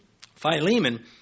Philemon